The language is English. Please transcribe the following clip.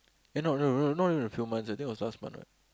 eh no no no not in a few months I think was last month what